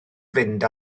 fynd